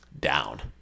Down